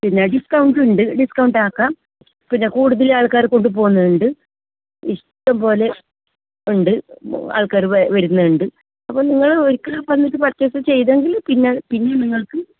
പിന്നെ ഡിസ്കൗണ്ട് ഉണ്ട് ഡിസ്കൗണ്ട് ആക്കാം പിന്നെ കൂടുതൽ ആൾക്കാർക്ക് കൊണ്ടു പോകുന്നുണ്ട് ഇഷ്ടംപോലെ ഉണ്ട് ആൾക്കാർ വരുന്നുണ്ട് അപ്പോൾ നിങ്ങൾ ഒരിക്കൽ വന്നിട്ട് പർച്ചേസ് ചെയ്തെങ്കിൽ പിന്നെ പിന്നെ നിങ്ങൾക്ക്